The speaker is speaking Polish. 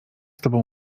tobą